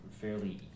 fairly